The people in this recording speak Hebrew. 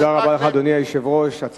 אדוני היושב-ראש, תודה רבה לך.